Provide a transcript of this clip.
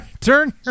Turn